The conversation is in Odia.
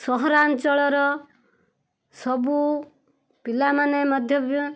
ସହରାଞ୍ଚଳର ସବୁ ପିଲାମାନେ ମଧ୍ୟ ବି